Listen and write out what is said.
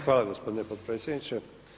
Hvala gospodine potpredsjedniče.